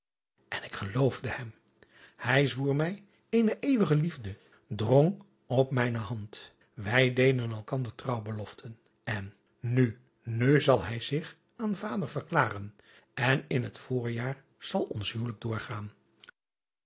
en ik geloofde hem ij zwoer mij eene eeuwige liefde drong op mijne hand wij deden elkander trouwbeloften en nu nu zal hij zich aan vader verklaren en in het voorjaar zal ons huwelijk doorgaan